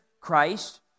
Christ